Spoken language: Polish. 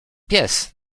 pies